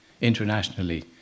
internationally